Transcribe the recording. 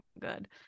good